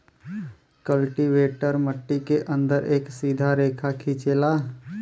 cultivator मट्टी के अंदर एक सीधा रेखा खिंचेला